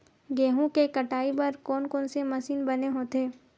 गेहूं के कटाई बर कोन कोन से मशीन बने होथे?